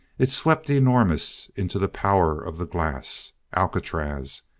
it swept enormous into the power of the glass alcatraz,